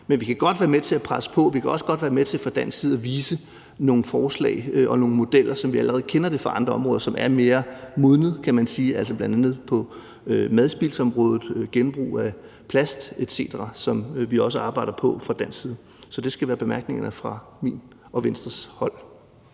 Men vi kan godt være med til at presse på, og vi kan også godt fra dansk side være med til at vise nogle forslag og nogle modeller, som vi allerede kender det fra andre områder, som er mere modnede, kan man sige, altså bl.a. på madspildsområdet og genbrug af plast etc., som vi også arbejder på fra dansk side. Så det skal være bemærkningerne fra mit og Venstres hold.